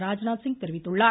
ராஜ்நாத்சிங் தெரிவித்துள்ளார்